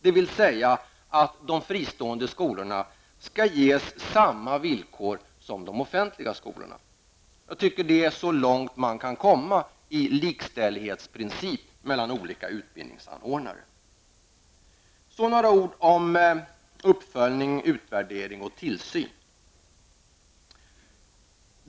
De fristående skolorna skall alltså ges samma villkor som de offentliga skolorna. Enligt min mening går det inte att komma längre i fråga om likställighetsprincipen olika utbildningsanordnare emellan. Sedan vill jag säga något om uppföljning, utvärdering och tillsyn.